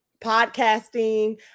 podcasting